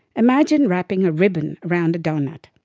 imagine wrapping a ribbon around a doughnut.